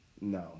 No